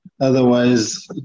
Otherwise